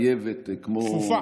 מחייבת, כפופה.